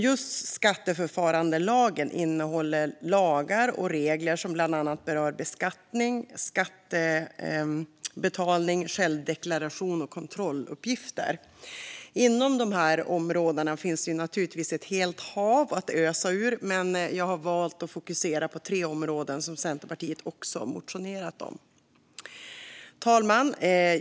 Just skatteförfarandelagen innehåller lagar och regler som bland annat berör beskattning, skattebetalning, självdeklaration och kontrolluppgifter. Inom dessa områden finns det naturligtvis ett helt hav att ösa ur, men jag har valt att fokusera på tre områden som Centerpartiet också har motionerat om. Herr talman!